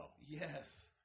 Yes